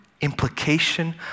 implication